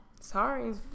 Sorry